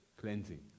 Cleansing